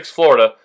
Florida